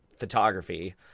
photography